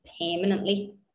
permanently